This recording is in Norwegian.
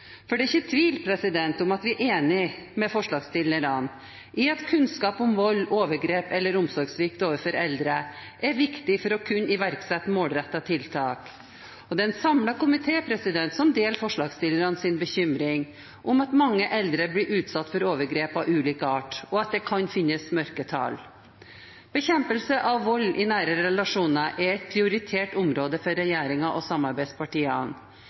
For det er ikke tvil om at vi er enig med forslagsstillerne i at kunnskap om vold, overgrep eller omsorgssvikt overfor eldre er viktig for å kunne iverksette målrettede tiltak. Det er en samlet komité som deler forslagsstillernes bekymring for at mange eldre blir utsatt for overgrep av ulik art, og at det kan finnes mørketall. Bekjempelse av vold i nære relasjoner er et prioritert område for regjeringen og samarbeidspartiene.